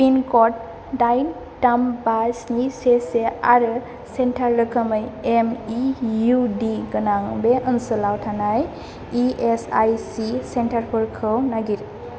पिनकड दाइन थाम बा स्नि से से आरो सेन्टार रोखोमै एमइइउडी गोनां बे ओनसोलाव थानाय इएसआइसि सेन्टारफोरखौ नागिर